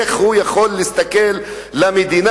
איך הוא יכול להסתכל למדינה,